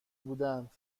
بودند